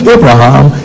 Abraham